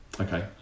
Okay